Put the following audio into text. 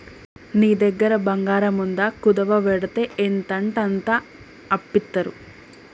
నీ దగ్గర బంగారముందా, కుదువవెడ్తే ఎంతంటంత అప్పిత్తరు